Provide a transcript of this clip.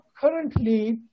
currently